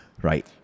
Right